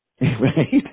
Right